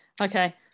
Okay